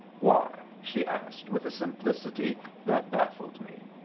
why? she asked, with a simplicity that baffled me.